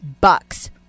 bucks